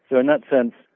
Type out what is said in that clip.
so in that sense